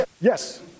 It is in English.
Yes